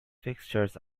fixtures